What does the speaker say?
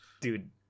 Dude